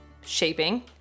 shaping